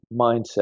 mindset